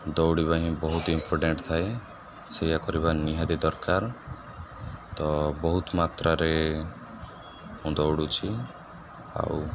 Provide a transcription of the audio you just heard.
ଦୌଡ଼ିବା ହିଁ ବହୁତ ଇମ୍ପୋଟେଣ୍ଟ୍ ଥାଏ ସେଇୟା କରିବା ନିହାତି ଦରକାର ତ ବହୁତ ମାତ୍ରାରେ ମୁଁ ଦୌଡ଼ୁଛି ଆଉ